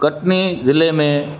कटनी ज़िले में